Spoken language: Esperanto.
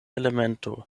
elemento